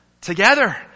together